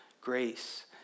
grace